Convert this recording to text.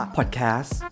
Podcast